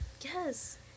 Yes